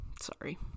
Sorry